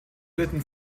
litten